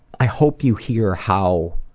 i hope you hear how